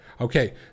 Okay